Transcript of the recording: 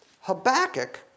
Habakkuk